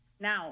Now